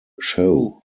show